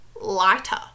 lighter